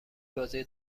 بازی